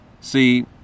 see